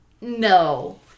no